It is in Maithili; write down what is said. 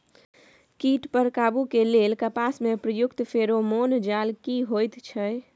कीट पर काबू के लेल कपास में प्रयुक्त फेरोमोन जाल की होयत छै?